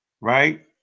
right